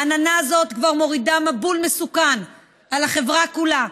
העננה הזאת כבר מורידה מבול מסוכן על החברה כולה.